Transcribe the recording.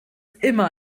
immer